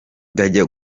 ndajya